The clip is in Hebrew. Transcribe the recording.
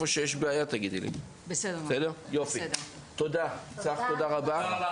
צח, תודה רבה.